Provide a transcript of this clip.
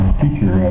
teacher